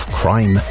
crime